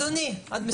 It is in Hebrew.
לגבי